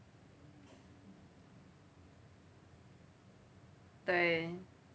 对